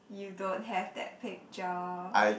you don't have that picture